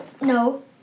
No